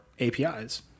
APIs